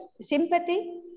sympathy